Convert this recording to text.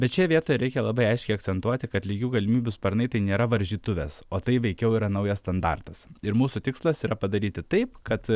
bet šioje vietoje reikia labai aiškiai akcentuoti kad lygių galimybių sparnai tai nėra varžytuvės o tai veikiau yra naujas standartas ir mūsų tikslas yra padaryti taip kad